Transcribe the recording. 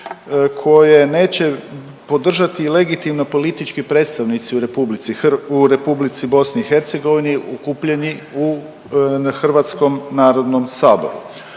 koje neće podržati i legitimno politički predstavnici u RH, u Republici BiH okupljeni u Hrvatskom narodnom saboru.